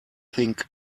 think